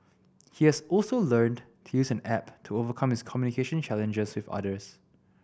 he has also learnt to use an app to overcome his communication challenges with others